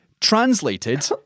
translated